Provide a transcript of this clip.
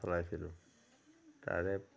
চলাইছিলোঁ তাৰে